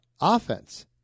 Offense